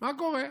מה קורה.